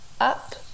Up